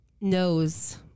knows